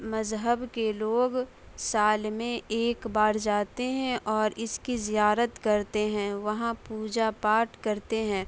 مذہب کے لوگ سال میں ایک بار جاتے ہیں اور اس کی زیارت کرتے ہیں وہاں پوجا پاٹ کرتے ہیں